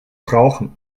brauchen